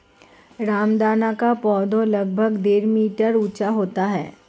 रामदाना का पौधा लगभग डेढ़ मीटर ऊंचा होता है